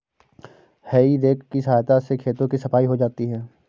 हेइ रेक की सहायता से खेतों की सफाई हो जाती है